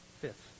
Fifth